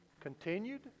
continued